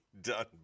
done